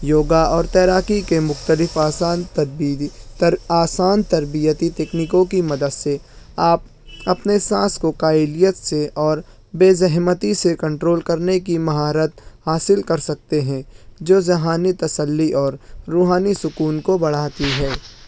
یوگا اور تیراکی کے مختلف آسان تدبیری آسان تربیتی تکنیکوں کی مدد آپ اپنے سانس کو قابلیت سے اور بےزحمتی سے کنٹرول کرنے کی مہارت حاصل کر سکتے ہیں جو ذہانی تسلی اور روحانی سکون کو بڑھاتی ہے